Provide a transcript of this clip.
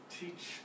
teach